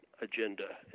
agenda